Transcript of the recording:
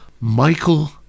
Michael